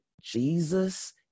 Jesus